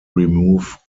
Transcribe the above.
remove